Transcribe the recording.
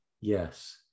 Yes